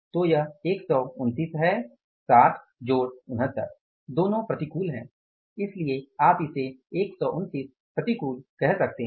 तो यह 129 है 60 जोड़ 69 दोनों प्रतिकूल हैं इसलिए आप इसे 129 प्रतिकूल कह सकते हैं